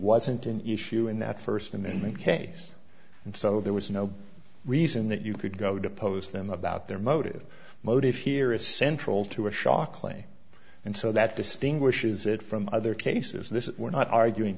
wasn't an issue in that first amendment case and so there was no reason that you could go depose them about their motive motive here is central to a shockley and so that distinguishes it from other cases this is we're not arguing